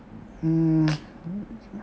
mm